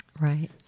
Right